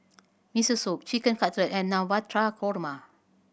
Miso Soup Chicken Cutlet and Navratan Korma